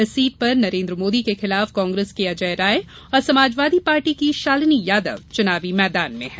इस सीट पर नरेन्द्र मोदी के खिलाफ कांग्रेस के अजय राय समाजवादी पार्टी की शालिनी यादव चुनाव मैदान में हैं